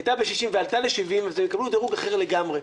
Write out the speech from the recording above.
הייתה ב-60% ועלתה ל-70% זה דרוג אחר לגמרי,